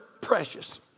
precious